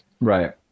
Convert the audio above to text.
Right